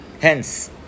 Hence